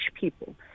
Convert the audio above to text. people